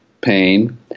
pain